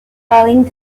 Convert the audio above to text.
calling